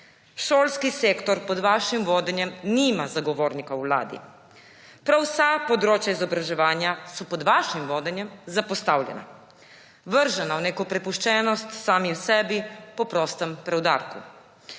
Šolski sektor pod vašim vodenjem nima zagovornika v Vladi. Prav vsa področja izobraževanja so pod vašim vodenjem zapostavljena, vržena v neko prepuščenost samim sebi po prostem preudarku.